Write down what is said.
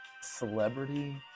Celebrity